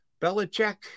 Belichick